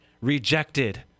rejected